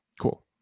Cool